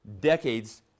decades